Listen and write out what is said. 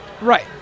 Right